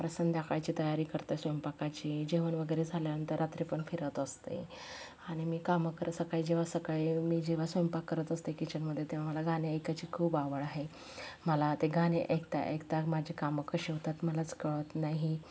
परत संध्याकाळची तयारी करते स्वयंपाकाची जेवण वगैरे झाल्यानंतर रात्री पण फिरत असते आणि मी कामं कर सकाळी जेव्हा सकाळी मी जेव्हा स्वयंपाक करत असते किचनमध्ये तेव्हा मला गाणे ऐकायची खूप आवड आहे मला ते गाणे ऐकता ऐकता माझे कामं कसे होतात मलाच कळत नाही